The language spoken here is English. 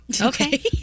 Okay